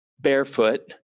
barefoot